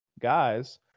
guys